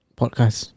podcast